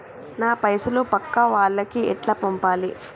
నా పైసలు పక్కా వాళ్లకి ఎట్లా పంపాలి?